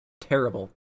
terrible